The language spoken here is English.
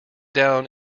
down